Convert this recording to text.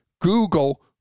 Google